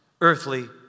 earthly